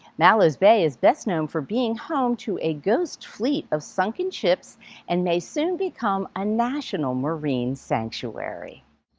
mallows bay is best known for being home to a ghost fleet of sunken ships and may soon become a national marine sanctuary.